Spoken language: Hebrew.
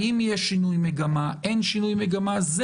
האם יש שינוי מגמה או אין שינוי מגמה זה